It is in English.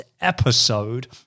episode